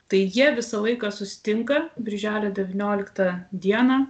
tai jie visą laiką susitinka birželio devynioliktą dieną